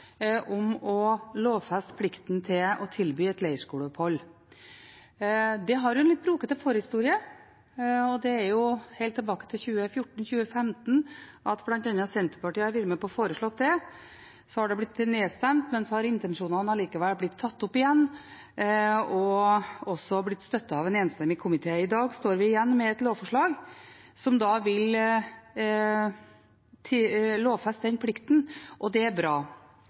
om en har to ulike forslag, om å lovfeste plikten til å tilby et leirskoleopphold. Det har en litt broket forhistorie. Helt tilbake til 2014/2015 har bl.a. Senterpartiet vært med på å foreslå det. Det har blitt nedstemt, men intensjonene har likevel blitt tatt opp igjen og også blitt støttet av en enstemmig komité. I dag står vi igjen med et forslag om å lovfeste den plikten, og det er bra.